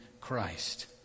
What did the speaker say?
Christ